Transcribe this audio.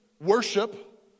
worship